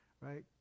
right